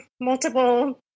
multiple